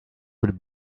would